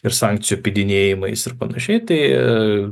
ir sankcijų apeidinėjimais ir panašiai tai